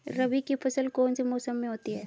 रबी की फसल कौन से मौसम में होती है?